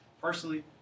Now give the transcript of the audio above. personally